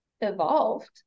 evolved